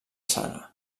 saga